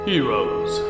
Heroes